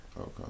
okay